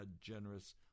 generous